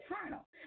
eternal